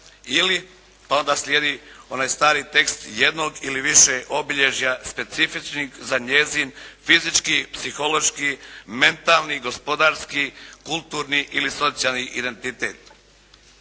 ili" pa onda slijedi onaj stari tekst: "jednog ili više obilježja specifičnih za njezin fizički, psihološki, mentalni, gospodarski, kulturni ili socijalni identitet".